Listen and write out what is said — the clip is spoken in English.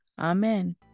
Amen